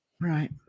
Right